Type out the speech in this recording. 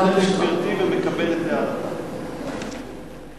אני מכבד את גברתי ומקבל את דעתה.